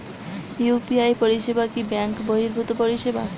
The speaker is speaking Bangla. ইউ.পি.আই পরিসেবা কি ব্যাঙ্ক বর্হিভুত পরিসেবা?